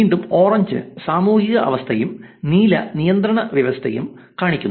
വീണ്ടും ഓറഞ്ച് സാമൂഹിക അവസ്ഥയും നീല നിയന്ത്രണ വ്യവസ്ഥയും കാണിക്കുന്നു